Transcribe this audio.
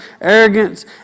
arrogance